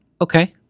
Okay